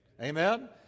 Amen